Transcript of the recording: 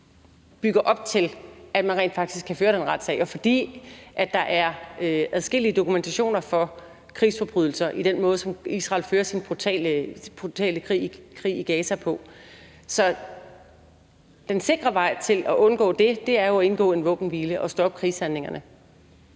bygger op til, at man rent faktisk kan føre den retssag, og fordi der er adskillige dokumentationer for krigsforbrydelser i den måde, som Israel fører sin brutale krig i Gaza på. Så den sikre vej til at undgå det er jo at indgå en våbenhvile og stoppe krigshandlingerne.